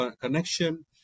connection